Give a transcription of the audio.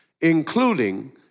including